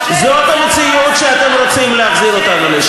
זאת המציאות שאתם רוצים להחזיר אותנו אליה.